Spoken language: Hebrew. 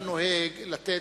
הגודל?